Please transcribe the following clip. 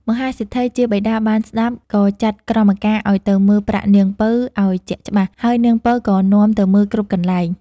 មហាសេដ្ឋីជាបិតាបានស្ដាប់ ក៏ចាត់ក្រមការឲ្យទៅមើលប្រាក់នាងពៅឲ្យជាក់ច្បាស់ ហើយនាងពៅក៏នាំទៅមើលគ្រប់កន្លែង ។